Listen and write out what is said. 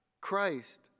Christ